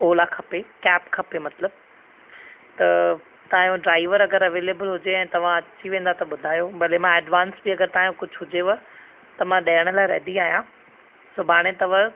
ओला खपे कैब खपे मतलबु त तव्हांजो ड्राइवर अगरि अवेलेबल हुजे ऐं तव्हां अची वेंदा त ॿुधायो भले मां एडवांस पे अगरि तव्हांजो कुझु हुजेव त मां ॾियण लाइ रेडी आहियां सुभाणे अथव